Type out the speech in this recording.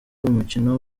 umukino